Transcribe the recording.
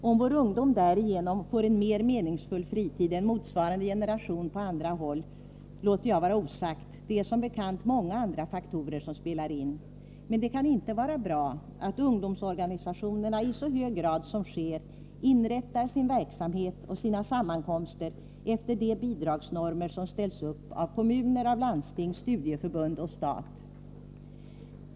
Om vår ungdom därigenom får en mer meningsfull fritid än motsvarande generation på andra håll låter jag vara osagt — det är som bekant många andra faktorer som spelar in. Men det kan inte vara bra att ungdomsorganisationerna i så hög grad som sker inrättar sin verksamhet och sina sammankomster efter de bidragsnormer som ställs upp av kommuner, landsting, studieförbund och stat.